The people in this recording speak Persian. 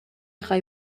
خوای